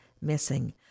missing